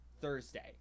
Thursday